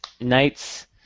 Knights